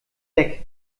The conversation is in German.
deck